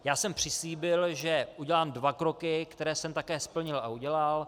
Já jsem přislíbil, že udělám dva kroky, které jsem také splnil a udělal.